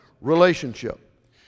relationship